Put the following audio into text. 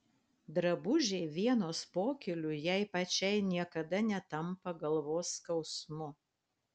drabužiai vienos pokyliui jai pačiai niekada netampa galvos skausmu